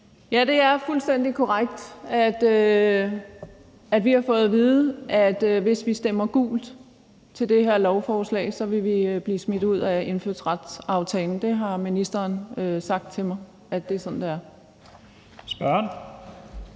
Ja, det er fuldstændig korrekt, at vi har fået at vide, at hvis vi stemmer gult til det her lovforslag, så vil vi blive smidt ud af indfødsretsaftalen. Ministeren har sagt til mig, at det er sådan, det er.